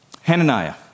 Hananiah